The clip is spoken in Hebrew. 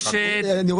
ומורשת.